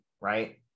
right